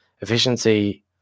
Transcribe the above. Efficiency